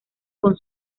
con